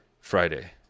Friday